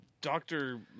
Doctor